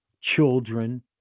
children